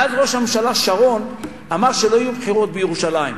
ואז ראש הממשלה שרון אמר שלא יהיו בחירות בירושלים.